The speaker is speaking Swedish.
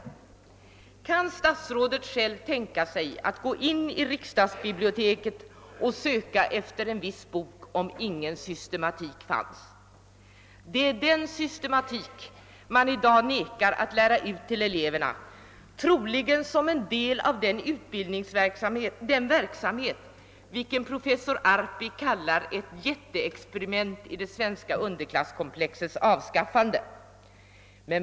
Kan statsrådet själv tänka sig att gå in i riksdagsbiblioteket och söka efter en viss bestämd bok om ingen systematik finns? Det är den systematiken man i dag vägrar att lära ut till eleverna, troligen som ett led i den verksamhet som professor Arpi kallar ett jätteexperiment i det svenska underklasskomplexets avskaffande.